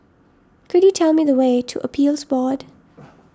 could you tell me the way to Appeals Board